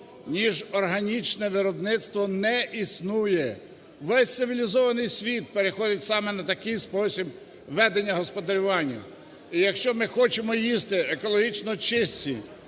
ніж органічне виробництво не існує. Весь цивілізований світ переходить саме на такий спосіб ведення господарювання. І якщо ми хочемо їсти екологічно чисті,